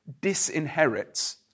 disinherits